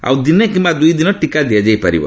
ଆଉ ଦିନେ କିମ୍ବା ଦୁଇ ଦିନ ଟିକା ଦିଆଯାଇପାରିବ